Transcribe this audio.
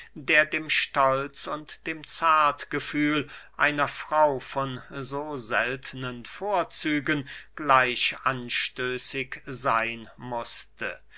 der dem stolz und dem zartgefühl einer frau von so seltnen vorzügen gleich anstößig seyn mußte